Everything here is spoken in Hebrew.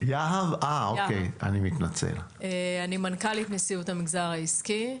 אני מנכ"לית נשיאות המגזר העסקי.